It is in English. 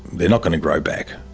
they're not going to grow back,